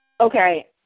Okay